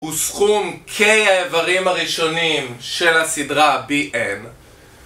וסכום K האברים הראשונים של הסדרה Bn.